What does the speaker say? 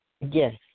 Yes